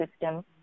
system